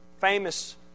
famous